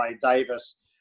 Davis